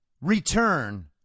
return